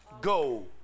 Go